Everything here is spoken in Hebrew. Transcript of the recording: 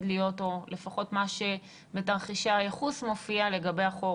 להיות או לפחות מה שבתרחישי הייחוס מופיע לגבי החורף.